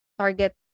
target